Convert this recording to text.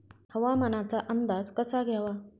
हवामानाचा अंदाज कसा घ्यावा?